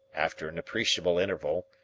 after an appreciable interval,